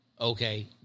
okay